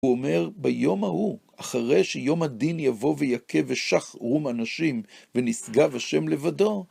הוא אומר, ביום ההוא, אחרי שיום הדין יבוא ויכה ושחרום הנשים, ונשגב השם לבדו,